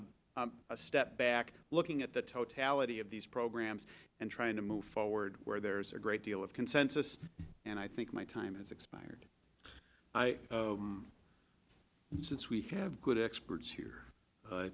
a step back looking at the totality of these programs and trying to move forward where there's a great deal of consensus and i think my time has expired since we have good experts